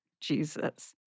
Jesus